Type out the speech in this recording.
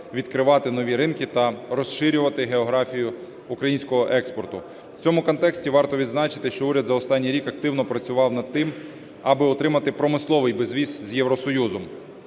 відкривати нові ринки та розширювати географію українського експорту. В цьому контексті варто відзначити, що уряд за останній рік активно працював над тим, аби отримати промисловий безвіз з Європейським